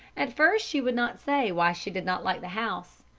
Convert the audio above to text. at first she would not say why she did not like the house,